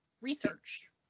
research